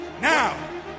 Now